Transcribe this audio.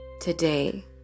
today